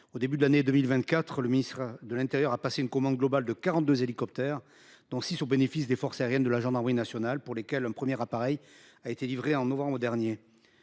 Au début de l’année 2024, le ministre de l’intérieur a passé une commande globale de quarante deux hélicoptères, dont six au bénéfice des forces aériennes de la gendarmerie nationale, auxquelles un premier appareil a été livré en novembre dernier.